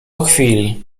chwili